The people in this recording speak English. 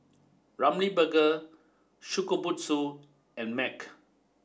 Ramly Burger Shokubutsu and MAG